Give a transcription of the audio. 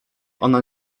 ona